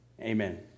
Amen